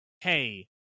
hey